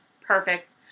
perfect